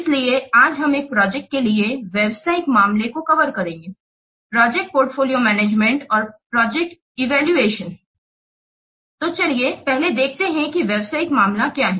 इसलिए आज हम एक प्रोजेक्ट के लिए व्यावसायिक मामले को कवर करेंगे प्रोजेक्ट पोर्टफोलियो मैनेजमेंट और प्रोजेक्ट इवैल्यूएशन तो चलिए पहले देखते हैं कि व्यावसायिक मामला क्या है